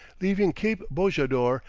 leaving cape bojador,